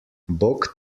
bog